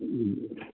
جی